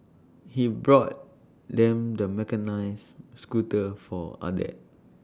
he bought them the mechanised scooter for other